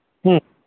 ᱦᱩᱸ